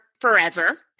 forever